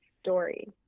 story